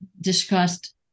discussed